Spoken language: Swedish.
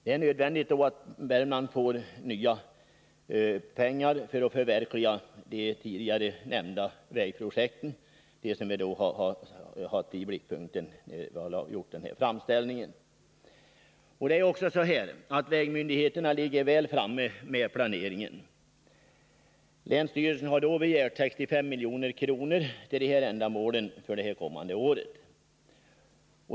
Då är det nödvändigt att Värmland får nya pengar för att förverkliga de tidigare nämnda vägprojekten som vi hade i blickpunkten när vi gjorde framställningen. Vägmyndigheterna ligger också väl framme med planeringen. Länsstyrelsen har begärt 65 milj.kr. för fortsatt tidigareläggning av vägobjekt det kommande året.